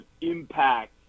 impact